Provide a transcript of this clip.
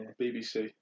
BBC